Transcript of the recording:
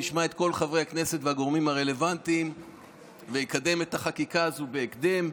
ישמע את כל חברי הכנסת והגורמים הרלוונטיים ויקדם את החקיקה הזאת בהקדם.